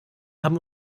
haben